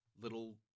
little